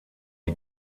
die